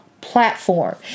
platform